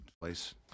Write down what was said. place